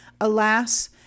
Alas